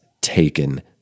taken